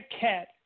cat